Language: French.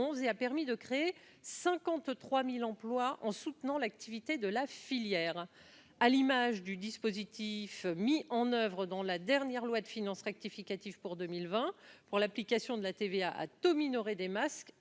et a permis de créer 53 000 emplois en soutenant l'activité de la filière. Comme pour le dispositif mis en oeuvre au travers de la dernière loi de finances rectificative pour 2020 pour l'application de la TVA à taux minoré aux masques